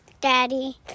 Daddy